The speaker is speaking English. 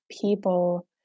people